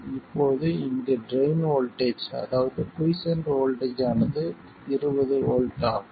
இப்போது இங்கு drain voltage அதாவது குய்ஸ்சென்ட் வோல்ட்டேஜ் ஆனது 20 வோல்ட் ஆகும்